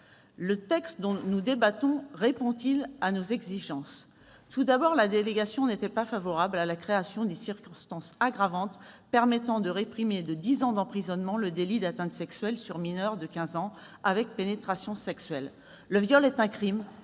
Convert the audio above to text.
Le texte dont nous débattons répond-il à nos exigences ?